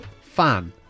fan